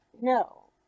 no